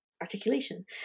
articulation